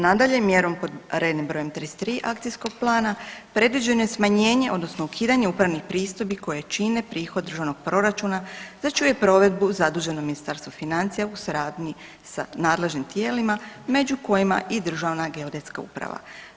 Nadalje, mjerom pod rednim brojem 33. akcijskog plana predviđeno je smanjenje odnosno ukidanje upravnih pristojbi koje čine prihod državnog proračuna za čiju provedbu je zaduženo Ministarstvo financija u suradnji sa nadležnim tijelima među kojima i Državna geodetska uprava.